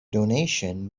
donation